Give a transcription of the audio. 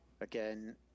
again